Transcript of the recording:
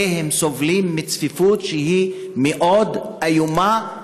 הם סובלים מצפיפות שהיא מאוד איומה,